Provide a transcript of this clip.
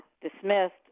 dismissed